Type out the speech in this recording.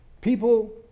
People